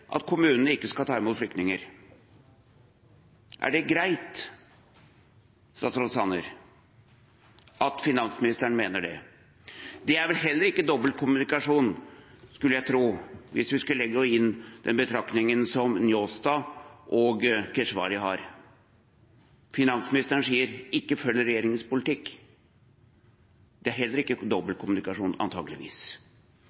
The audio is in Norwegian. at kommunene ikke skal ta imot flyktninger. Er det greit for statsråd Sanner at finansministeren mener det? Det er vel heller ikke dobbeltkommunikasjon, skulle jeg tro – hvis vi skulle legge inn den betraktningen som Njåstad og Keshvari har. Finansministeren sier: Ikke følg regjeringas politikk! Det er heller ikke dobbeltkommunikasjon, antakeligvis.